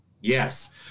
Yes